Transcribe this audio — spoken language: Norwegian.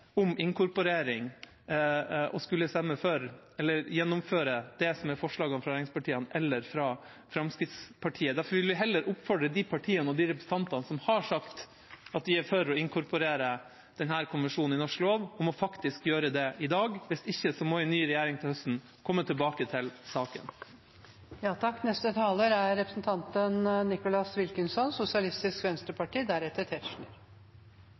om inkorporering å gjennomføre forslagene fra regjeringspartiene eller Fremskrittspartiet. Derfor vil vi oppfordre de partiene og de representantene som har sagt at de er for å inkorporere denne konvensjonen i norsk lov, om faktisk å gjøre det i dag. Hvis ikke må en ny regjering til høsten komme tilbake til